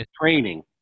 training